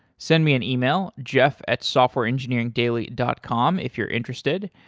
send me an email, jeff at softwareengineeringdaily dot com if you're interested.